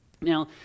Now